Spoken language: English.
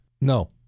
No